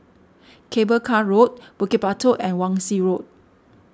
Cable Car Road Bukit Batok and Wan Shih Road